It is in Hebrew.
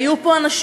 היו פה אנשים,